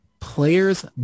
players